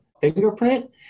fingerprint